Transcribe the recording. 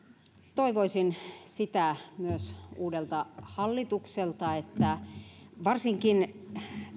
toivoisin myös uudelta hallitukselta sitä että varsinkin